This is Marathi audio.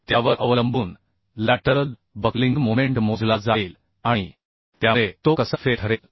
त्यावर अवलंबून लॅटरल बक्लिंग मोमेंट मोजला जाईल आणि त्यामुळे तो कसा फेल ठरेल